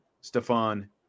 Stefan